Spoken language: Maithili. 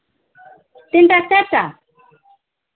तीन टा कि चारि टा